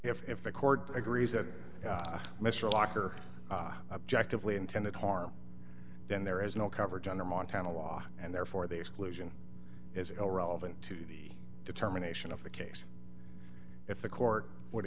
honor if the court agrees that mr walker objectively intended harm then there is no coverage under montana law and therefore the exclusion is irrelevant to the determination of the case if the court would